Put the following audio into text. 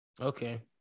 okay